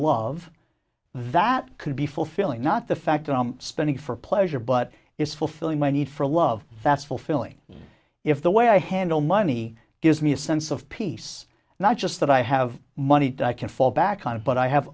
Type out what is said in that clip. love that could be fulfilling not the fact that i am spending for pleasure but is fulfilling my need for love that's fulfilling if the way i handle money gives me a sense of peace not just that i have money i can fall back on it but i have